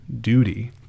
duty